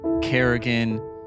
Kerrigan